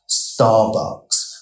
Starbucks